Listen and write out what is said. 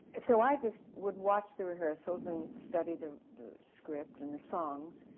so i just would watch the rehearsals and study the the script and the songs.